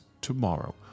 tomorrow